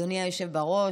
אדוני היושב בראש,